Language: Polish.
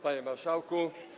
Panie Marszałku!